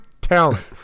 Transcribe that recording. talent